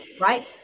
right